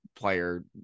player